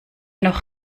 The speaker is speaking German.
noch